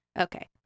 Okay